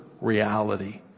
reality